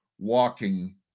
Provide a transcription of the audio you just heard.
walking